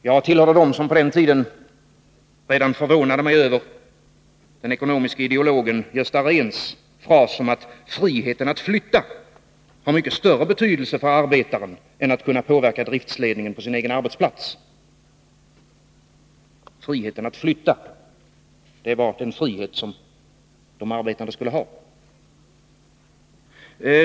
Jag tillhörde dem som redan på den tiden var förvånade över den ekonomiske ideologen Gösta Rehns fras om att friheten att flytta har mycket större betydelse för arbetaren än att kunna påverka driftsledningen på sin egen arbetsplats. Friheten att flytta var den frihet som de arbetande skulle ha!